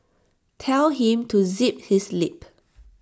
tell him to zip his lip